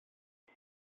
ich